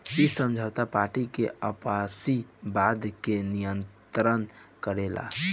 इ समझौता पार्टी के आपसी वादा के नियंत्रित करेला